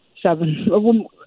seven